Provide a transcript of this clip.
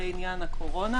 לעניין הקורונה,